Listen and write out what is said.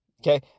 okay